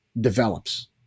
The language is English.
develops